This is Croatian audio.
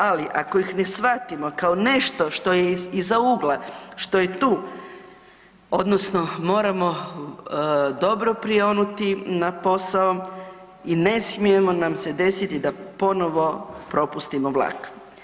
Ali ako ih ne shvatimo kao nešto što iza ugla, što je tu odnosno moramo dobro prionuti na posao i ne smije nam se desiti da ponovo propustimo vlak.